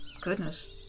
Goodness